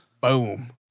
Boom